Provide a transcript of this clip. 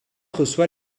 reçoit